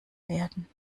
werden